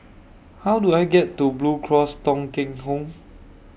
How Do I get to Blue Cross Thong Kheng Home